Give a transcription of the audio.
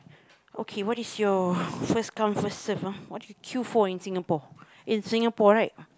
okay what is your first come first serve ah what do you queue for in Singapore in Singapore right